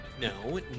No